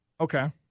Okay